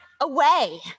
away